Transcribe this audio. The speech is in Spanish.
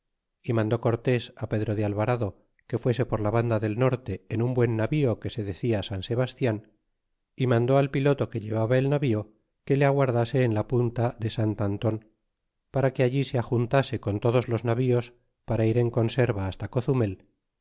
y mandó cortés á pedro de alvarado que fuese por la banda del norte en un buen navío que se decia san sebastian y mandó al piloto que llevaba en el navío que le aguardase en la punta de sant anton para que allí se ajuntase con todos los navíos para ir en conserva hasta cozumel